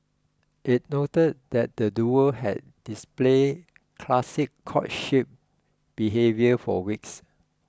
it noted that the duo had displayed classic courtship behaviour for weeks